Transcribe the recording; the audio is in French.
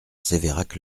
sévérac